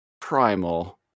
Primal